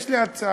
יש לי הצעה: